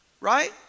right